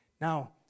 Now